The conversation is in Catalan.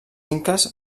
inques